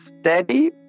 steady